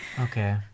Okay